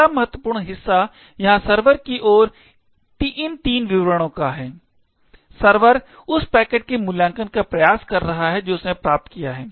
अगला महत्वपूर्ण हिस्सा यहाँ सर्वर कि ओर इन तीनों विवरणों का है सर्वर उस पैकेट के मूल्यांकन का प्रयास कर रहा है जो उसने प्राप्त किया है